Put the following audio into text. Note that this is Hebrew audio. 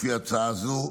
לפי ההצעה הזו,